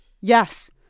yes